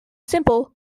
simple